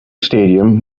stadium